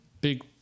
big